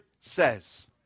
says